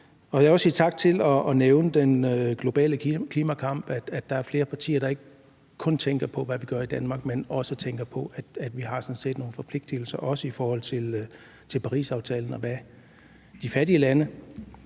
Jeg vil også sige tak for at nævne den globale klimakamp og for, at der er flere partier, der ikke kun tænker på, hvad vi gør i Danmark, men også tænker på, at vi sådan set også har nogle forpligtelser i forhold til Parisaftalen, og i forhold